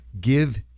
Give